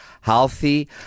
Healthy